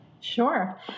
Sure